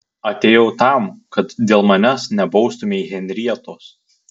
atėjau tam kad dėl manęs nebaustumei henrietos